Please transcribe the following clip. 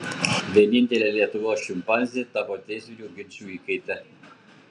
vienintelė lietuvos šimpanzė tapo teisminių ginčų įkaite